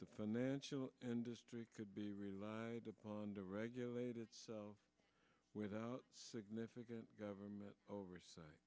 the financial industry could be relied on to regulate itself without significant government oversight